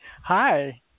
Hi